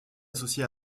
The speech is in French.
associé